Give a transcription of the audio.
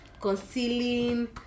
concealing